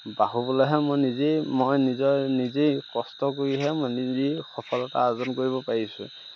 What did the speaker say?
বাহুবলেহে মই নিজেই মই নিজৰ নিজেই কষ্ট কৰিহে মই নিজেই সফলতা অৰ্জন কৰিব পাৰিছোঁ